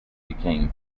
became